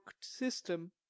system